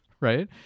Right